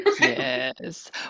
Yes